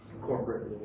corporate